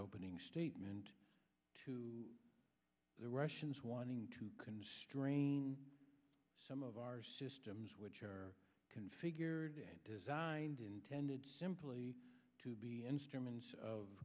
opening statement to the russians wanting to constrain some of our systems which are configured designed intended simply to be instruments of